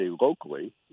locally